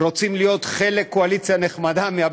רוצים להיות חלק מה-BDS, קואליציה נחמדה?